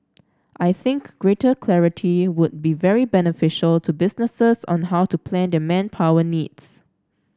I think greater clarity would be very beneficial to businesses on how to plan their manpower needs